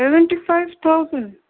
seventy five thousand